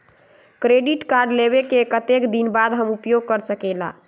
Credit card लेबे के कतेक दिन बाद हम उपयोग कर सकेला?